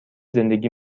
زندگی